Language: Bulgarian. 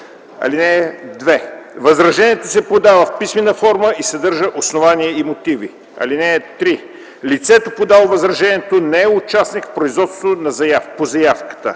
чл. 11. (2) Възражението се подава в писмена форма и съдържа основания и мотиви. (3) Лицето, подало възражението, не е участник в производството по заявката.